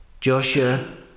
Joshua